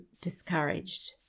discouraged